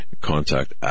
contact